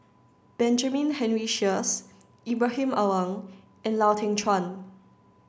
Benjamin Henry Sheares Ibrahim Awang and Lau Teng Chuan